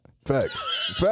Facts